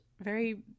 very-